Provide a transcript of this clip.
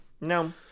No